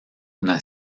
una